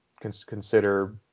consider